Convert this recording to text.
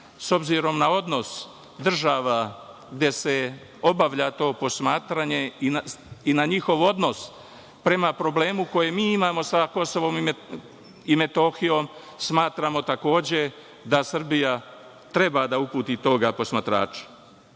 S obzirom na odnos država gde se obavlja to posmatranje i na njihov odnos prema problemu koje mi imamo sa KiM, smatramo takođe da Srbija treba da uputi tog posmatrača. Mirovna